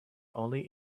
only